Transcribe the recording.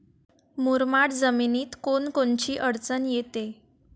मुरमाड जमीनीत कोनकोनची अडचन येते?